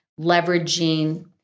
leveraging